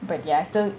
but ya so